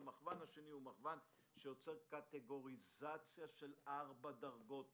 והמכוון השני יוצר קטגוריזציה של ארבע דרגות תפקוד.